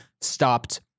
stopped